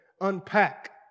unpack